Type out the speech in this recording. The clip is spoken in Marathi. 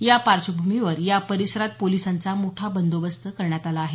या पार्श्वभूमीवर या परिसरात पोलिसांचा मोठा बदोबस्त तैनात करण्यात आला आहे